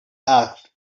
asked